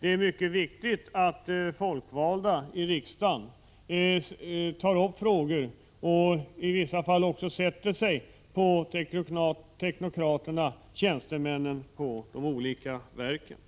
Det är mycket viktigt att de folkvalda tar upp sådana frågor och i vissa fall även sätter sig på teknokraterna, tjänstemännen, i de olika verken.